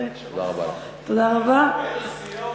תודה רבה לך.